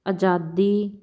ਆਜ਼ਾਦੀ